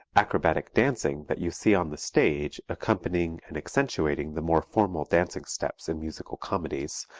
acrobatic dancing that you see on the stage accompanying and accentuating the more formal dancing steps in musical comedies,